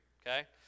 okay